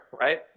right